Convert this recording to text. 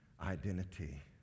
identity